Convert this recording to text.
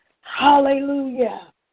Hallelujah